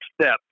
step